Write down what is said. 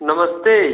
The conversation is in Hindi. नमस्ते